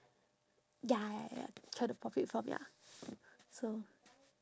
ya ya ya try to profit from ya so